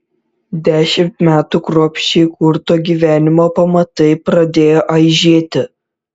dešimt metų kruopščiai kurto gyvenimo pamatai pradėjo aižėti